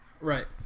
Right